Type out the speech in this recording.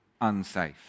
unsafe